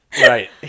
Right